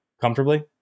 comfortably